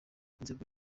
inzego